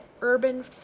urban